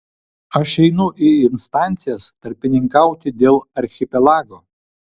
aš einu į instancijas tarpininkauti dėl archipelago